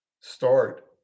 start